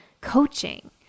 coaching